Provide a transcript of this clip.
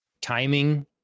Timing